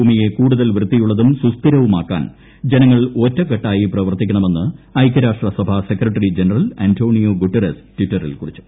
ഭൂമിയെ കൂടുതൽ വൃത്തിയുള്ളതും സുസ്ഥിരവുമാക്കാൻ ് ജനങ്ങൾ ഒറ്റക്കെട്ടായി പ്രവർത്തിക്കണമെന്ന് ഐക്യരാഷ്ട്ര സ്ഭാ സെക്രട്ടറി ജനറൽ അന്റോണിയോ ഗുട്ടറസ് ടിറ്ററിൽ കുറിച്ചു